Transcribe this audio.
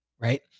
right